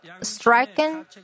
striking